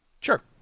Sure